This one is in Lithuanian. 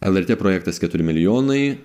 lrt projektas keturi milijonai